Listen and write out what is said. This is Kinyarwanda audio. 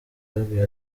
yababwiye